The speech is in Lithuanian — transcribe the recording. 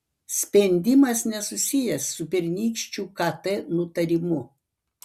spendimas nesusijęs su pernykščiu kt nutarimu